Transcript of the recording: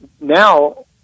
now